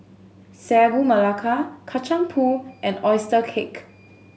Sagu Melaka Kacang Pool and oyster cake